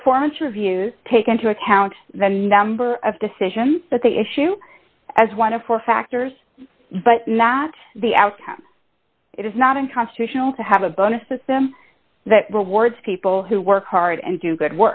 performance reviews take into account the number of decisions that they issue as one of four factors but not the outcome it is not unconstitutional to have a bonus system that rewards people who work hard and do good